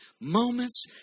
moments